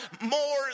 more